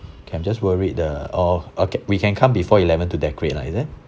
okay I'm just worried the oh okay we can come before eleven to decorate lah is it